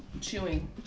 Chewing